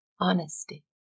honesty